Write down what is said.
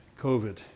COVID